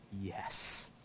yes